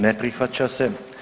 Ne prihvaća se.